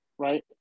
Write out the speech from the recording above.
right